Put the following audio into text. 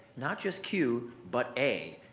not just q but a,